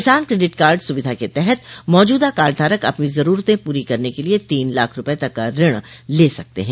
किसान credit card सुविधा के तहत मौजूदा कार्डधारक अपनी जरूरतें पूरी करने के लिए तीन लाख रूपये तक का ऋण ले सकते हैं